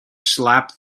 slapped